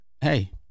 Hey